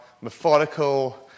methodical